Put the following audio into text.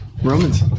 Romans